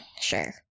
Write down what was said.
Sure